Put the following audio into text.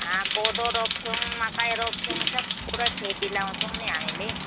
कोदो रोप्छौँ मकै रोप्छौँ सबै कुरा खेती लगाउँछौँ नि हामीले